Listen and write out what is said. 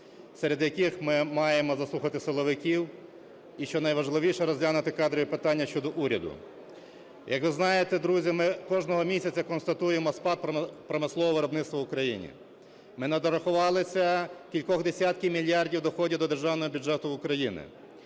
серед яких ми маємо заслухати силовиків і щонайважливіше – розглянути кадрові питання щодо уряду. Як ви знаєте, друзі, ми кожного місяця констатуємо спад промислового виробництва в Україні. Ми недорахувалися кількох десятків мільярдів доходів до Державного бюджету України.